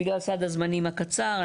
בגלל סד הזמנים הקצר,